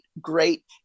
great